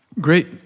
Great